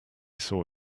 saw